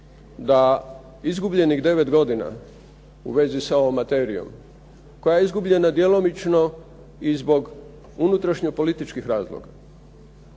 da izgubljenih devet godina u vezi sa ovom materijom, koja je izgubljena djelomično i zbog unutrašnje političkih razloga.